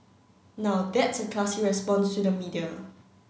now that's a classy response to the media